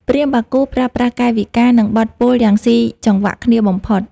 ព្រាហ្មណ៍បាគូប្រើប្រាស់កាយវិការ និងបទពោលយ៉ាងស៊ីចង្វាក់គ្នាបំផុត។